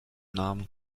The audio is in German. namen